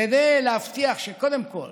כדי להבטיח שקודם כול